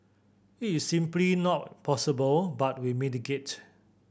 it is simply not possible but we mitigate